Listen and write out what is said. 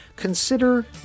consider